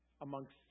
amongst